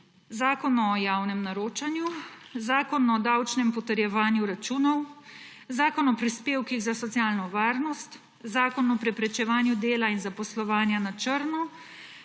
Zakon o javnem naročanju, Zakon o davčnem potrjevanju računov, Zakon o prispevkih za socialno varnost, Zakon o preprečevanju dela in zaposlovanja na črno,